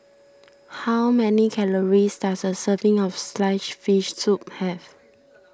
how many calories does a serving of Sliced Fish Soup have